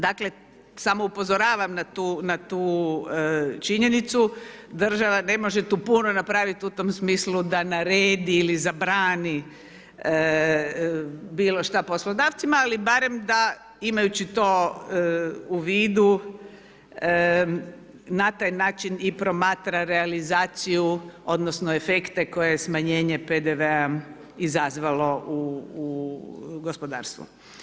Dakle, samo upozoravam na tu, na tu činjenicu država ne može tu puno napravit u tom smislu da naredi ili zabrani bilo što poslodavcima ali barem da imajući to u vidu na taj način i promatra realizacija odnosno efekte koje smanjenje PDV-a izazvalo u gospodarstvu.